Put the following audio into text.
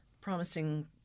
promising